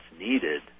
needed